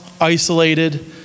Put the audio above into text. isolated